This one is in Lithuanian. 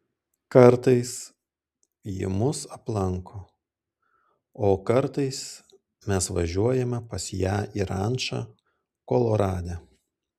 kartais ji mus aplanko o kartais mes važiuojame pas ją į rančą kolorade